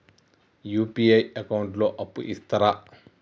UPI account లో అప్పు ఇస్తరా?